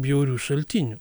bjaurių šaltinių